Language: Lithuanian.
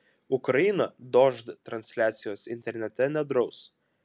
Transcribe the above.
ukraina dožd transliacijos internete nedraus